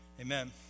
amen